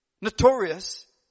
notorious